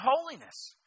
holiness